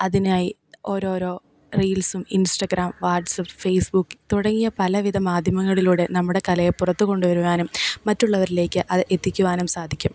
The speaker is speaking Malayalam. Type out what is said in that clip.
അതിനായി ഓരോരോ റീൽസും ഇൻസ്റ്റാഗ്രാം വാട്സപ്പ് ഫേസ്ബുക്ക് തുടങ്ങിയ പലവിധ മാധ്യമങ്ങളിലൂടെ നമ്മുടെ കലയെ പുറത്തു കൊണ്ടു വരുവാനും മറ്റുള്ളവരിലേക്ക് അത് എത്തിക്കുവാനും സാധിക്കും